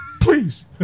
please